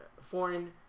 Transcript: foreign